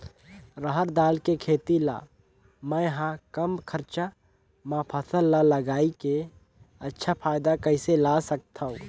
रहर दाल के खेती ला मै ह कम खरचा मा फसल ला लगई के अच्छा फायदा कइसे ला सकथव?